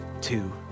two